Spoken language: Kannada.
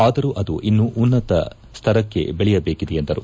ಆದರೂ ಅದು ಇನ್ನೂ ಉನ್ನತ ಸ್ವರಕ್ಕೆ ಬೆಳೆಯಬೇಕಿದೆ ಎಂದರು